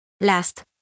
Last